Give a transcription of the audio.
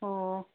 ꯑꯣ